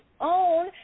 own